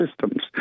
systems